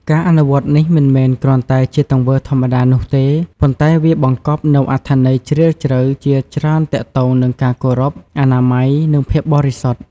ការអនុវត្តនេះមិនមែនគ្រាន់តែជាទង្វើធម្មតានោះទេ ប៉ុន្តែវាបង្កប់នូវអត្ថន័យជ្រាលជ្រៅជាច្រើនទាក់ទងនឹងការគោរព អនាម័យ និងភាពបរិសុទ្ធ។